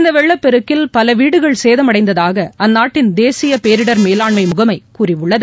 இந்தவெள்ளப்பெருக்கில் பலவீடுகள் சேதமடைந்ததாகஅந்நாட்டின் தேசியபேரிடர் மேலாண்முகமைகூறியுள்ளது